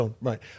right